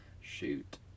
shoot